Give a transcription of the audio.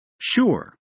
Sure